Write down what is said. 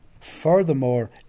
Furthermore